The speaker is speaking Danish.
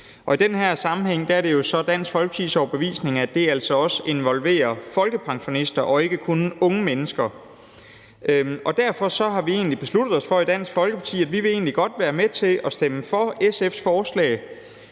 i den her sammenhæng er det så Dansk Folkepartis overbevisning, at det altså også involverer folkepensionister og ikke kun unge mennesker. Derfor har vi egentlig besluttet os for i Dansk Folkeparti, at vi egentlig godt vil være med til at stemme for SF's forslag,